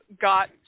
got